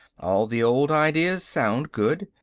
all of the old ideas sound good.